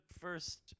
first